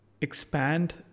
expand